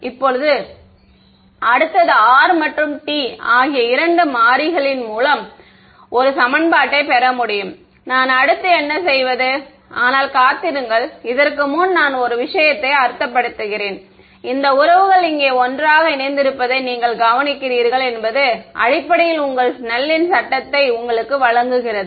இப்போது அடுத்தது R மற்றும் T ஆகிய இரண்டு மாறிகளின் மூலம் ஒரு சமன்பாட்டைப் பெற முடியும் நான் அடுத்து என்ன செய்வது ஆனால் காத்திருங்கள் இதற்கு முன் நான் ஒரு விஷயத்தை அர்த்தப்படுத்துகிறேன் இந்த உறவுகள் இங்கே ஒன்றாக இணைந்திருப்பதை நீங்கள் கவனிக்கிறீர்கள் என்பது அடிப்படையில் உங்கள் ஸ்னெல்லின் சட்டத்தை snell's law உங்களுக்கு வழங்குகிறது